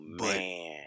man